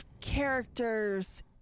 characters